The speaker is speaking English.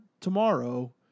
tomorrow